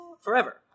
Forever